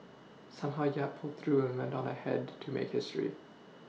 somehow Yap pulled through and went on ahead to make history